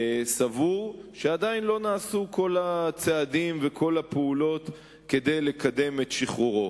סבור שעדיין לא נעשו כל הצעדים וכל הפעולות כדי לקדם את שחרורו.